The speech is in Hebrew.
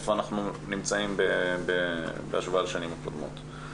איפה אנחנו נמצאים בהשוואה לשנים קודמות.